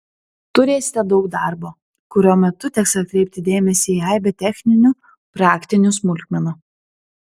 turėsite daug darbo kurio metu teks atkreipti dėmesį į aibę techninių praktinių smulkmenų